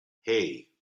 hey